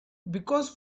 because